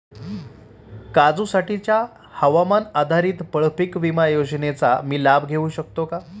काजूसाठीच्या हवामान आधारित फळपीक विमा योजनेचा मी लाभ घेऊ शकतो का?